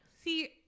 See